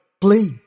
please